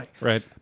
Right